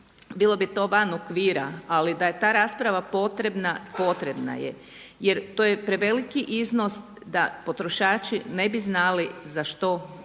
bilo bi to van okvira, ali da je ta rasprava potrebna, potrebna je. Jer to je preveliki iznos da potrošači ne bi znali za što oni